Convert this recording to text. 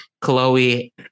chloe